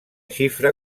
xifra